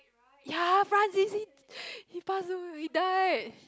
ya he passed away he died